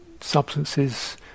substances